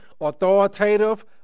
authoritative